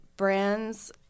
Brands